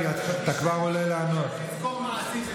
אני אתן לך.